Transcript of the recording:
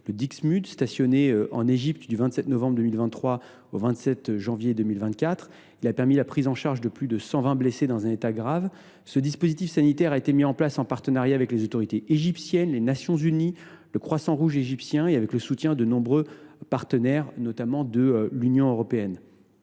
le, stationné en Égypte du 27 novembre 2023 au 27 janvier 2024, a permis la prise en charge de plus de 120 blessés dans un état grave. Le dispositif sanitaire a été mis en place en partenariat avec les autorités égyptiennes, les Nations unies, le Croissant Rouge égyptien, et avec le soutien de nombreux partenaires, notamment de l’Union européenne.